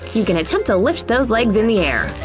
you can attempt to lift those legs in the air!